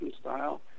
style